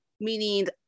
meaning